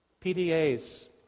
PDAs